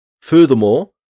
Furthermore